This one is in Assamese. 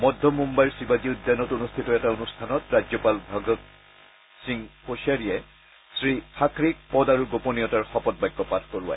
মধ্য মুম্বাইৰ শিৱাজী উদ্যানত অনুষ্ঠিত এটা অনুষ্ঠানত ৰাজ্যপাল ভগৱ সিং কোশিয়াৰীয়ে শ্ৰী থাকৰেক পদ আৰু গোপনীয়তাৰ শপতবাক্য পাঠ কৰায়